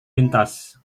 lintas